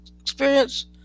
experience